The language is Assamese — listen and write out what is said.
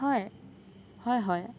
হয় হয় হয়